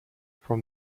from